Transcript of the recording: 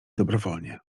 dobrowolnie